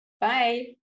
Bye